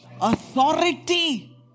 authority